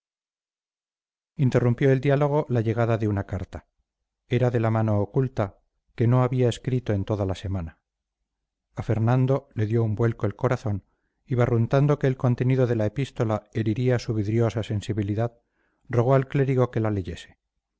interrumpió el diálogo la llegada de una carta era de la mano oculta que no había escrito en toda la semana a fernando le dio un vuelco el corazón y barruntando que el contenido de la epístola heriría su vidriosa sensibilidad rogó al clérigo que la leyese